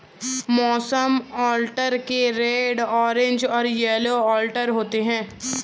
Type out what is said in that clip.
मौसम अलर्ट के red orange और येलो अलर्ट होते हैं